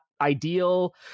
ideal